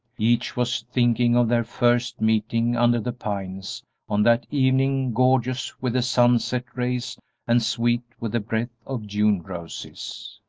each was thinking of their first meeting under the pines on that evening gorgeous with the sunset rays and sweet with the breath of june roses.